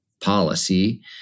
policy